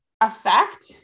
effect